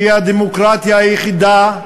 שהיא הדמוקרטיה היחידה,